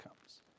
comes